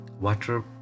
water